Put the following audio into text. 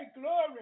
glory